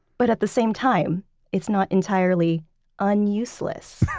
but at the same time it's not entirely un-useless.